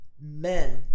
Men